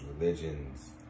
religions